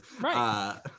right